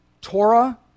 Torah